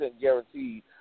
guaranteed